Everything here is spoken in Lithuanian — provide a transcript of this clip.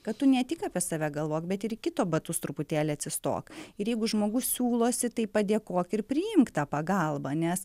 kad tu ne tik apie save galvok bet ir į kito batus truputėlį atsistok ir jeigu žmogus siūlosi tai padėkok ir priimk tą pagalbą nes